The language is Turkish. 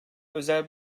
özel